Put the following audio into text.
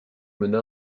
mena